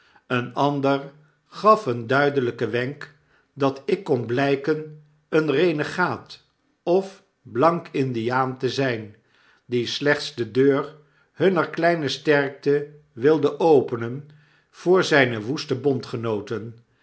een andergaf een duidelyken wenk dat ik kon blyken een renegaat of blank indiaan te zyn die slechts de deur hunner kleine sterkte wilde openen voor zijne woeste bondgenooten